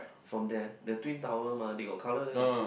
from there the twin tower mah they got color there